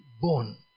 born